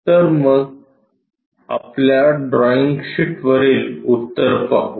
तर मग आपल्या ड्रॉईंग शीटवरील उत्तर पाहू